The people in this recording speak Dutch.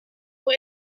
voor